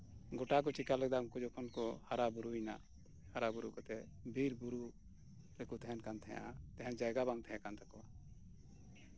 ᱜᱳᱴᱟ ᱠᱚ ᱪᱤᱠᱟ ᱞᱮᱫᱟ ᱩᱱᱠᱩ ᱡᱚᱠᱷᱚᱱ ᱠᱚ ᱦᱟᱨᱟ ᱵᱩᱨᱩᱭᱮᱱᱟ ᱦᱟᱨᱟ ᱵᱩᱨᱩ ᱠᱟᱛᱮᱫ ᱵᱤᱨ ᱵᱩᱨᱩ ᱨᱮᱠᱚ ᱛᱟᱦᱮᱱ ᱠᱟᱱ ᱛᱟᱦᱮᱫᱼᱟ ᱛᱟᱦᱮᱱ ᱨᱮᱱᱟᱜ ᱡᱟᱭᱜᱟ ᱵᱟᱝ ᱛᱟᱦᱮ ᱠᱟᱱ ᱛᱟᱠᱚᱣᱟ